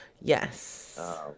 Yes